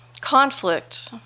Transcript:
conflict